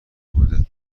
بوده